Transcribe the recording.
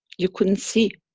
you couldn't see.